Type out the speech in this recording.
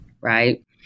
Right